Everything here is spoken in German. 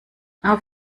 auf